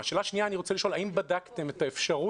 אני רוצה לשאול האם בדקתם את האפשרות,